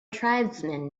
tribesmen